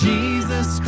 Jesus